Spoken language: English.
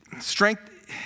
strength